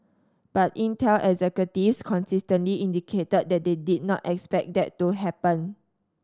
but Intel executives consistently indicated that they did not expect that to happen